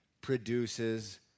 produces